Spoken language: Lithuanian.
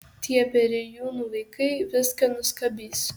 tie perėjūnų vaikai viską nuskabys